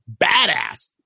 badass